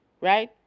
Right